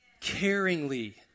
caringly